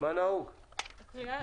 אני אקריא.